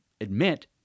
admit